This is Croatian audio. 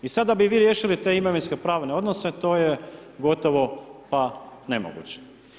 I sada da bi vi riješili te imovinsko pravne odnose, to je gotovo pa nemoguće.